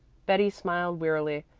betty smiled wearily.